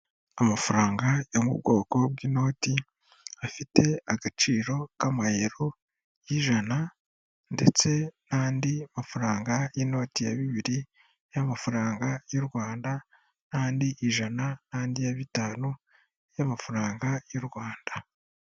Amafaranga yo mu bwoko bw'inoti afite agaciro k'amayero y'ijana ndetse n'andi mafaranga y'inoti ya bibiri y'amafaranga y'u Rwanda n'andi ijana n'andi ya bitanu y'amafaranga y'u Rwanda.